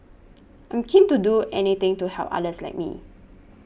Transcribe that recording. I'm keen to do anything to help others like me